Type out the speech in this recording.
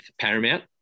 Paramount